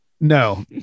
No